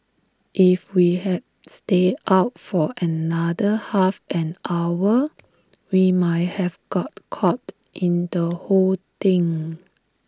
if we had stayed out for another half an hour we might have got caught in the whole thing